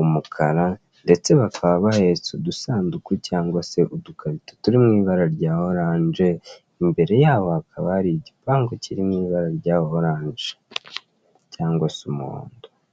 umukara ndetse bakaba bahetse udusanduku cyangwa udukarito turi mu ibara rya oranje imbere yaho hakaba hari igipangu kiri mu ibara rya oranje cyangwa se cy'umuhondo.